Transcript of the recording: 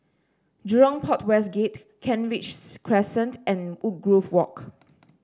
Jurong Port West Gate Kent Ridge Crescent and Woodgrove Walk